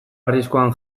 arriskuan